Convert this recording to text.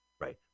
Right